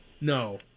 No